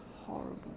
horrible